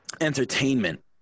entertainment